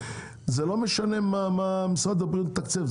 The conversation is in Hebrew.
זה לא משנה מה משרד הבריאות מתקצב.